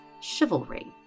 chivalry